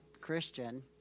Christian